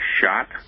shot